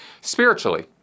spiritually